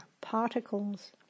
particles